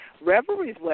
Reverie's